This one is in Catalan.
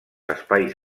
espais